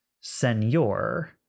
Senor